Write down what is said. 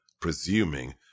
presuming